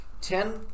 ten